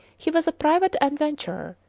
he was a private adventurer,